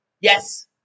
Yes